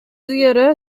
иярә